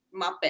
muppet